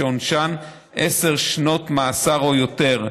שעונשן עשר שנות מאסר או יותר,